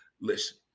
Listen